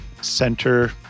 center